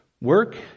work